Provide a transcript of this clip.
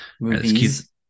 Movies